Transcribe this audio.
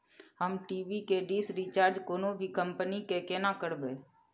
हम टी.वी के dish recharge कोनो भी कंपनी के केना करबे?